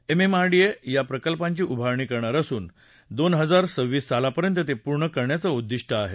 MMMRDA या प्रकल्पांची उभारणी करणार असून दोन हजार सव्वीस सालापर्यंत ते पूर्ण करण्याचं उद्दिष्ट आहे